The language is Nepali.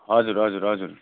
हजुर हजुर हजुर